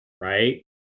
right